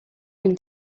doing